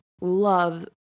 love